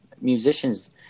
musicians